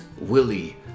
Willie